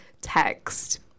text